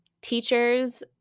Teachers